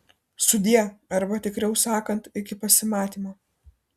sudie arba tikriau sakant iki pasimatymo